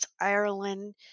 Ireland